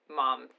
mom